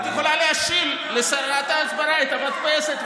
את יכולה להשאיל לשרת ההסברה את המדפסת,